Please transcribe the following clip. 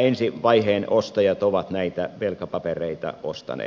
ensi vaiheen ostajat ovat näitä velkapapereita ostaneet